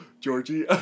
Georgie